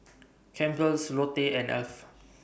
Campbell's Lotte and Alf